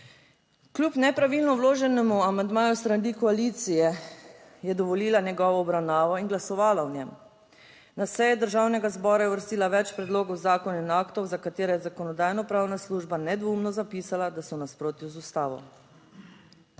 Kljub nepravilno vloženemu amandmaju s strani koalicije je dovolila njegovo obravnavo in glasovala o njem. Na seji Državnega zbora je uvrstila več predlogov zakonov in aktov za katere je Zakonodajno-pravna služba nedvomno zapisala, da so v nasprotju z ustavo.